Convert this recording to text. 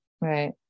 right